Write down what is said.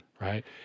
right